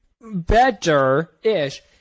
better-ish